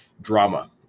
drama